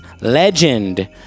legend